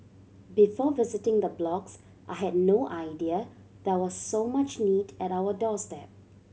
before visiting the blocks I had no idea there was so much need at our doorstep